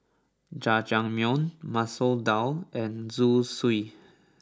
Jajangmyeon Masoor Dal and Zosui